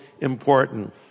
important